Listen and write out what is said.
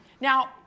Now